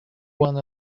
one